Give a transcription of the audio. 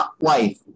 life